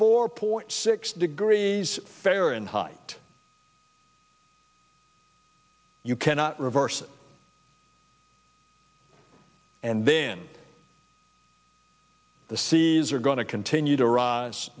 four point six degrees fahrenheit you cannot reverse it and then the seas are going to continue to rise